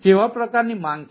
કેવા પ્રકારની માંગ છે